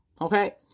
okay